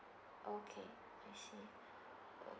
okay I see